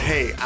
Hey